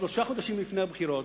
שלושה חודשים לפני הבחירות,